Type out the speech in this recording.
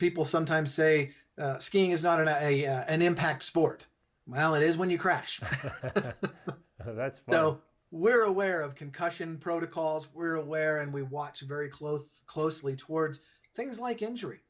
people sometimes say skiing is not in an impact sport well it is when you crash that's so we're aware of concussion protocols were aware and we watch very closely closely towards things like injury